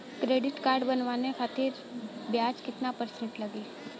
Credit card बनवाने खातिर ब्याज कितना परसेंट लगी?